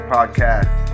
Podcast